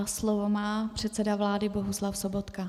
Slovo má předseda vlády Bohuslav Sobotka.